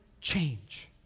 change